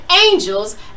angels